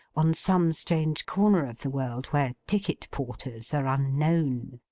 on some strange corner of the world where ticket porters are unknown.